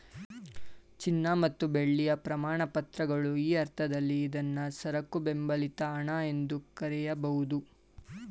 ಚಿನ್ನ ಮತ್ತು ಬೆಳ್ಳಿಯ ಪ್ರಮಾಣಪತ್ರಗಳು ಈ ಅರ್ಥದಲ್ಲಿ ಇದ್ನಾ ಸರಕು ಬೆಂಬಲಿತ ಹಣ ಎಂದು ಕರೆಯಬಹುದು